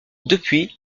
depuis